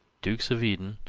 dukes of eden